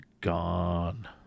gone